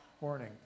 morning